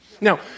Now